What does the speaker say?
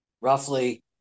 roughly